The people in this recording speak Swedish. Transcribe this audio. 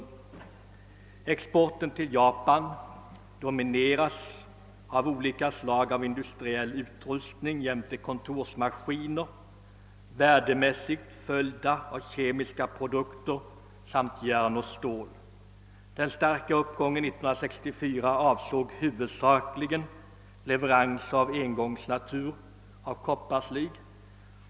Vår export till Japan domineras av olika slag av industriell utrustning jämte kontorsmaskiner, värdemässigt följda av kemiska produkter samt järn och stål. Den starka uppgången år 1964 avsåg huvudsakligen leveranser av engångsnatur — det gällde kopparslig.